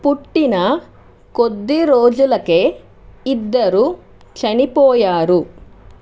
పుట్టిన కొద్ది రోజులకే ఇద్దరూ చనిపోయారు